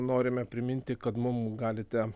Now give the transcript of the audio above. norime priminti kad mum galite